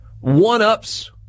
one-ups